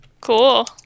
Cool